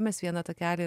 mes vieną takelį